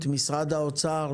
משרד האוצר,